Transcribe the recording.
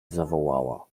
zawołała